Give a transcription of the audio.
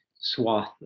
swath